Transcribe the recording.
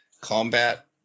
combat